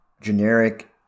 generic